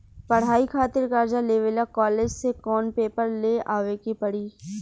पढ़ाई खातिर कर्जा लेवे ला कॉलेज से कौन पेपर ले आवे के पड़ी?